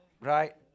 Right